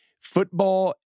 football